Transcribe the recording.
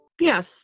Yes